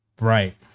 Right